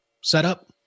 setup